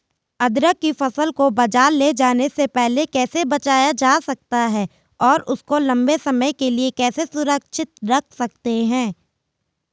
अदरक की फसल को बाज़ार ले जाने से पहले कैसे बचाया जा सकता है और इसको लंबे समय के लिए कैसे सुरक्षित रख सकते हैं?